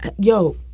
Yo